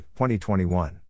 2021